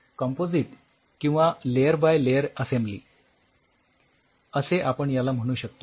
composite किंवा layer by layer assembly असे आपण याला म्हणू शकतो